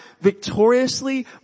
victoriously